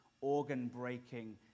organ-breaking